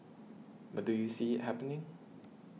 but do you see it happening